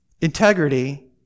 integrity